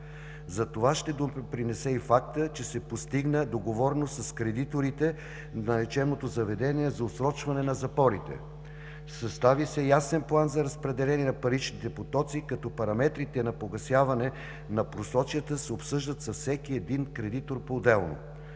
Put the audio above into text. Затова ще допринесе и фактът, че се постигна договореност с кредиторите на лечебното заведение за отсрочване на запорите. Състави се ясен план за разпределение на паричните потоци като параметрите на погасяване на просрочията се обсъждат с всеки един кредитор поотделно.